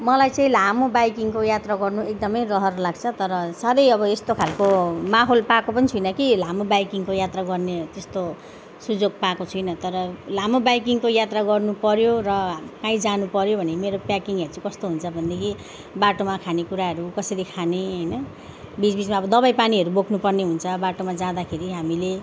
मलाई चाहिँ लामो बाइकिङको यात्रा गर्नु एकदमै रहर लाग्छ तर साह्रै अब यस्तो खालको माहोल पाएको पनि छुइनँ कि लामो बाइकिङको यात्रा गर्ने त्यस्तो सुयोग पाएको छुइनँ तर लामो बाइकिङको यात्रा गर्नुपर्यो र काहीँ जानुपर्यो भने मेरो प्याकिङहरू चाहिँ कस्तो हुन्छ भनेदेखि बाटोमा खानेकुराहरू कसरी खाने होइन बिचबिचमा अब दबाईपानीहरू बोक्नुपर्ने हुन्छ बाटोमा जाँदाखेरि हामीले